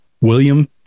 William